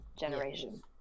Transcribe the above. generation